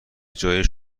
جای